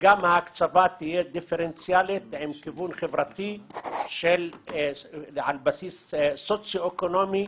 שגם ההקצבה תהיה דיפרנציאלית עם כיוון חברתי על בסיס סוציואקונומי